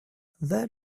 that